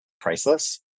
priceless